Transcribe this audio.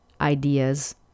ideas